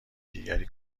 دیگری